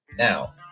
Now